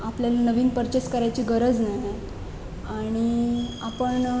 आपल्याला नवीन पर्चेस करायची गरज नाही आहे आणि आपण